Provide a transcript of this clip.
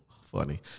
funny